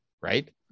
right